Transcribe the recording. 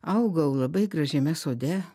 augau labai gražiame sode